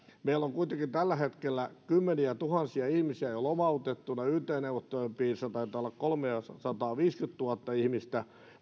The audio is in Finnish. on kuitenkin tällä hetkellä kymmeniätuhansia ihmisiä jo lomautettuina yt neuvottelujen piirissä taitaa olla kolmesataaviisikymmentätuhatta ihmistä